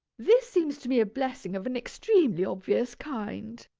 this seems to me a blessing of an extremely obvious kind.